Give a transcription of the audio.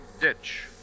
Ditch